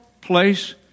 place